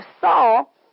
Saul